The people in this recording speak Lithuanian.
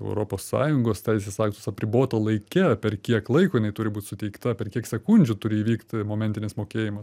europos sąjungos teisės aktus apribota laike per kiek laiko jinai turi būti suteikta per kiek sekundžių turi įvykti momentinis mokėjimas